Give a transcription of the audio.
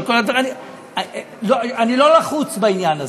אני לא לחוץ בעניין הזה,